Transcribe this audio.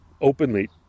openly